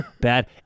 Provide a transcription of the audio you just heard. bad